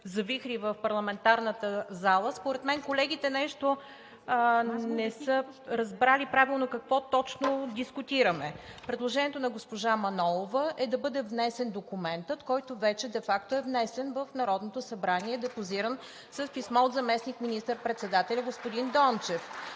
завихри в парламентарната зала. Според мен колегите не са разбрали правилно какво точно дискутираме. Предложението на госпожа Манолова е да бъде внесен документът, който вече де факто е внесен в Народното събрание и депозиран с писмо от заместник министър-председателя господин Дончев.